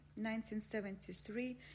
1973